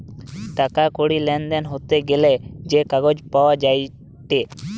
টাকা কড়ির লেনদেন হতে গ্যালে যে কাগজ পাওয়া যায়েটে